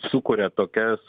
sukuria tokias